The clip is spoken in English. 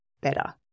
better